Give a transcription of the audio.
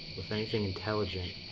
with anything intelligent